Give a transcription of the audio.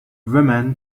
woman